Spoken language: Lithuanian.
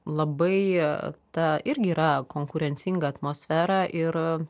labai ta irgi yra konkurencinga atmosfera ir